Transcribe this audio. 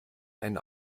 ein